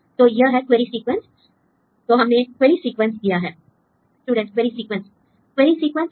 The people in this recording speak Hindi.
तो यह है क्वेरी सीक्वेंस l तो हमने क्वेरी सिक्वेंस दिया है l student query sequence query sequence और